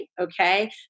Okay